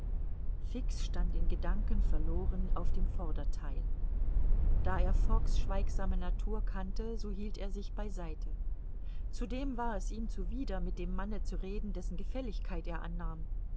fix stand in gedanken verloren auf dem vordertheil da er fogg's schweigsame natur kannte so hielt er sich bei seite zudem war es ihm zuwider mit dem manne zu reden dessen gefälligkeit er annahm